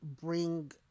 bring